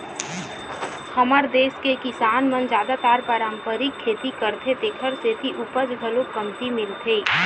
हमर देस के किसान मन जादातर पारंपरिक खेती करथे तेखर सेती उपज घलो कमती मिलथे